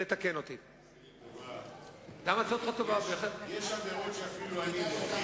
הוא רוצה לשמור על הכיסא